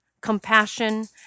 compassion